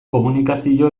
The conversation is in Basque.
komunikazio